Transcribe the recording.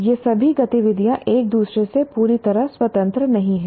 ये सभी गतिविधियाँ एक दूसरे से पूरी तरह स्वतंत्र नहीं हैं